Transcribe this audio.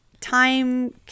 time